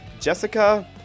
Jessica